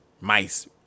mice